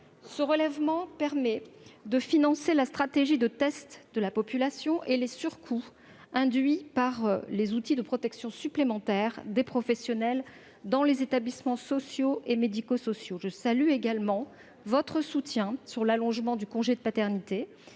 Ce relèvement permet de financer la stratégie de tests de la population, ainsi que les surcoûts induits par les outils de protection supplémentaire des professionnels dans les établissements sociaux et médico-sociaux. Je salue également le soutien que vous avez apporté à l'allongement du congé de paternité,